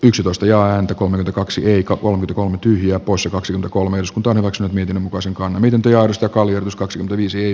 yksitoista joan takonut kaksi riikka on kolme tyhjää poissa kaksi kolme iskut on maksanut miten voisinkaan miten teosta kallio s kaksi r viisi